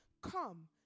come